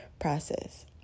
process